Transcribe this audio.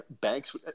banks